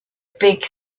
big